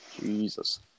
Jesus